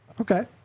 Okay